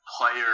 player